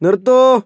നിർത്തൂ